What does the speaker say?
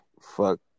Fuck